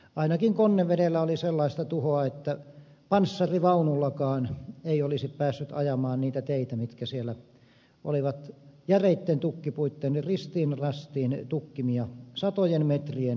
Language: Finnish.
ainakin konnevedellä oli sellaista tuhoa että panssarivaunullakaan ei olisi päässyt ajamaan niitä teitä mitkä siellä olivat järeitten tukkipuitten ristiin rastiin tukkimia satojen metrien matkoilta